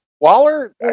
Waller